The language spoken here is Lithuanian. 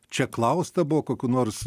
čia klausta buvo kokių nors